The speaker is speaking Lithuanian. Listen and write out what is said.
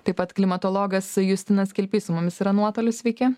taip pat klimatologas justinas kilpys su mumis yra nuotoliu sveiki